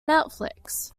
netflix